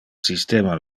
systema